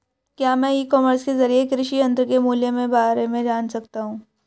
क्या मैं e commerce के ज़रिए कृषि यंत्र के मूल्य में बारे में जान सकता हूँ?